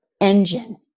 engine